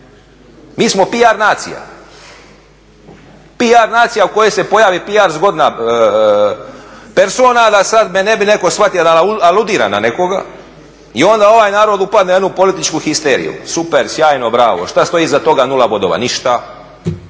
Mi smo PR nacija, PR nacija u kojoj se pojavi PR zgodna persona, da me sad neko ne bi shvatio da aludiram na nekoga, i onda ovaj narod upadne u jednu političku histeriju. Super, sjajno, bravo. Šta stoji iza toga? Nula bodova, ništa